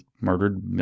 murdered